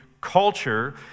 culture